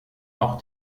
auch